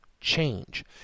change